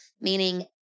meaning